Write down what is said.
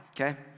okay